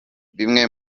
bimwe